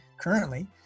Currently